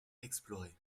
explorée